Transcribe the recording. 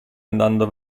andando